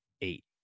eight